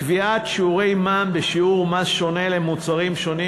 קביעת מע"מ בשיעור מס שונה למוצרים שונים